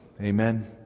Amen